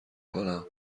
کنم